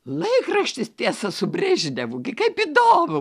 laikraštis tiesa su brežnevu gi kaip įdomu